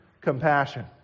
Compassion